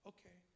Okay